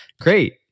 great